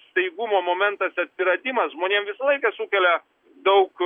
staigumo momentas atsiradimas žmonėm visą laiką sukelia daug